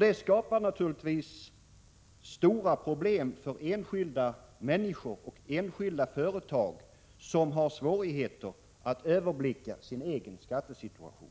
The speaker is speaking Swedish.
Det skapar naturligtvis stora problem för enskilda människor och enskilda företag, som har svårigheter att överblicka sin egen skattesituation.